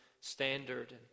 standard